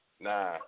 Nah